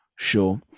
Sure